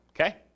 okay